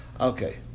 Okay